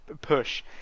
push